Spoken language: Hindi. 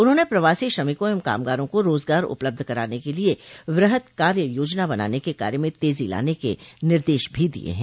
उन्होंने प्रवासी श्रमिकों एवं कामगारों को रोजगार उपलब्ध कराने के लिए वृहद कार्ययोजना बनाने के कार्य में तेजी लान के निर्देश भी दिए हैं